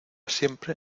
siempre